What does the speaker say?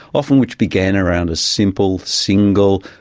often which began around a simple, single,